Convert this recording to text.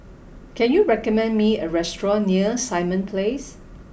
can you recommend me a restaurant near Simon Place